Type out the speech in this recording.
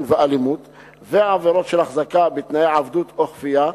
ואלימות ועבירות של החזקה בתנאי עבדות או כפייה,